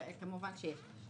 וכמובן שיהיו,